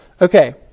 Okay